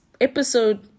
episode